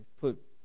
put